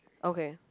okay